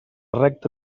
recta